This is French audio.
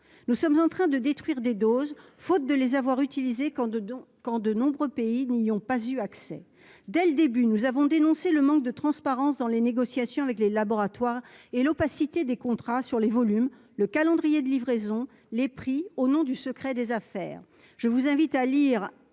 nous sommes en train de détruire des doses faute de les avoir utilisées quand de donc, quand de nombreux pays, n'y ont pas eu accès dès le début, nous avons dénoncé le manque de transparence dans les négociations avec les laboratoires et l'opacité des contrats sur les volumes, le calendrier de livraison, les prix au nom du secret des affaires, je vous invite à lire